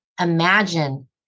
imagine